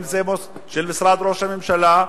אם משרד ראש הממשלה,